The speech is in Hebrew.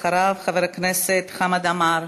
אחריו, חבר הכנסת חמד עמאר.